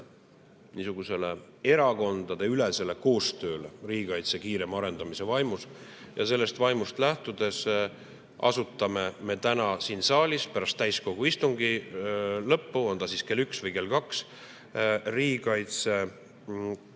niisugusele erakondadeülesele koostööle riigikaitse kiirema arendamise vaimus. Ja sellest vaimust lähtudes asutame täna siin saalis pärast täiskogu istungi lõppu, on ta siis kell üks või kell kaks, riigikaitse kiirema